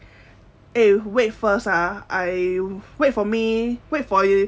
eh wait first ah I wait for me wait for you